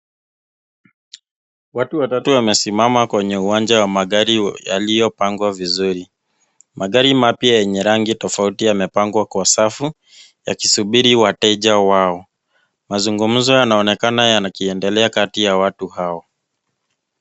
Watu watatu wamesimama kwenye uwanja wa magari yaliyopangwa vizuri. Magari mapya yenye rangi tofauti yamepangwa kwa safu, yakisubiri wateja wao. Mazungumzo yanaonekana yakiendelea kati ya watu hao.